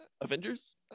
Avengers